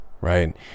right